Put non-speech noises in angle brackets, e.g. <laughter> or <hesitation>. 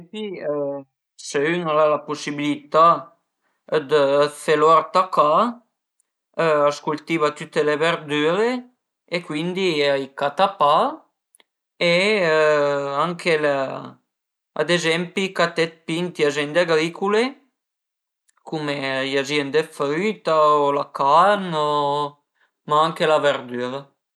Ma ad ezempi së ün al a la pusibilità dë fe l'ort a ca, a s'cultiva tüte le verdüre e cuindi a i cata pa, <hesitation> anche ad ezempi caté d'pi ënt i aziende agricüle cume i aziende d'früita, la carn, ma anche la verdüra